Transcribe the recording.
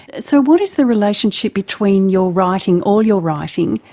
so what is the relationship between your writing, all your writing,